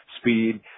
speed